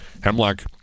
Hemlock